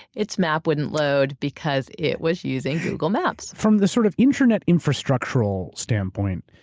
it's map wouldn't load because it was using google maps. from the sort of internet infrastructural standpoint,